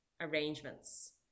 arrangements